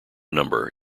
number